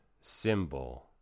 symbol